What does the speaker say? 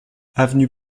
avenue